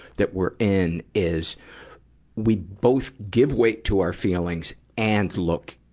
that we're in, is we both give weight to our feelings and looked,